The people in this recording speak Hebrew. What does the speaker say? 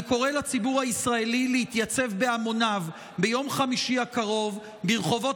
אני קורא לציבור הישראלי להתייצב בהמוניו ביום חמישי הקרוב ברחובות